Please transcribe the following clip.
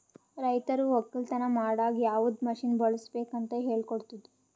ರೈತರು ಒಕ್ಕಲತನ ಮಾಡಾಗ್ ಯವದ್ ಮಷೀನ್ ಬಳುಸ್ಬೇಕು ಅಂತ್ ಹೇಳ್ಕೊಡ್ತುದ್